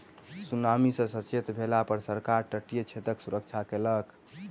tsunami सॅ सचेत भेला पर सरकार तटीय क्षेत्रक सुरक्षा कयलक